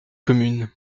communes